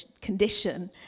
condition